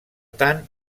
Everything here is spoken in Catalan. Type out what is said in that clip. tant